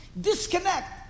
Disconnect